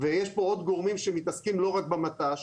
ויש פה עוד גורמים שמתעסקים לא רק במט"ש,